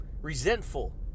resentful